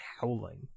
howling